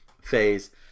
phase